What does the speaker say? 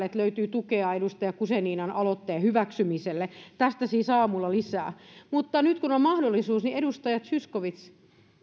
että löytyy tukea edustaja guzeninan aloitteen hyväksymiselle tästä siis aamulla lisää mutta nyt kun on mahdollisuus niin edustaja zyskowicz